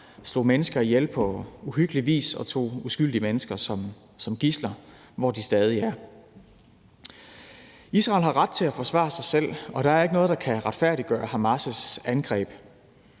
slog mennesker ihjel på uhyggelig vis og tog uskyldige mennesker som gidsler, hvad de stadig er. Israel har ret til at forsvare sig selv, og der er ikke noget, der kan retfærdiggøre Hamas' angreb.